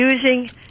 using